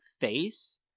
face